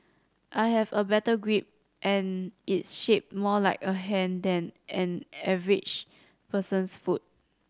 I have a better grip and it's shaped more like a hand than an average person's foot